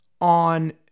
on